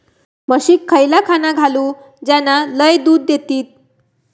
म्हशीक खयला खाणा घालू ज्याना लय दूध देतीत?